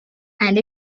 and